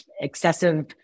excessive